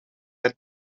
led